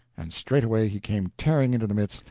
and straightway he came tearing into the midst,